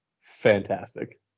fantastic